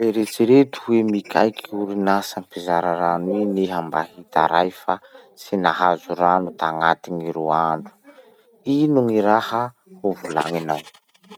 Eritsereto hoe mikaiky orinasa mpizara rano igny iha mba hitaray fa tsy nahazo rano tagnaty gny roa andro. Ino gny raha ho volagninao?